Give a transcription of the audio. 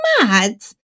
mad